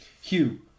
Hugh